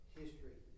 history